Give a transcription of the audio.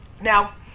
Now